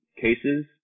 cases